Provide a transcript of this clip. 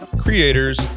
creators